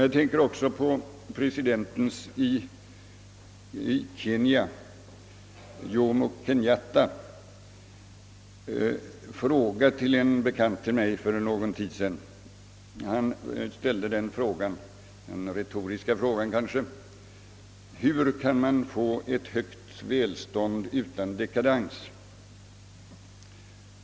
Jag tänker också på presidentens i Kenya, Jomo Kenyattas, fråga till en bekant till mig för någon tid sedan. Han ställde då den kanske retoriska frågan: Hur kan man få ett högt välstånd utan dekadans?